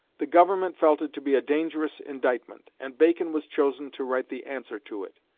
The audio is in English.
the government felt it to be a dangerous indictment, and bacon was chosen to write the answer to it.